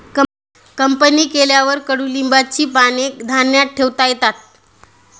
company केल्यावर कडुलिंबाची पाने धान्यात ठेवता येतात